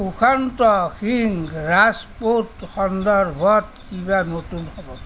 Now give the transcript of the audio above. সুশান্ত সিং ৰাজপুত সন্দৰ্ভত কিবা নতুন খবৰ